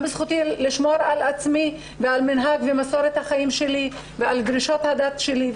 גם זכותי לשמור על עצמי ועל מנהג ומסורת החיים שלי ועל דרישות הדת שלי.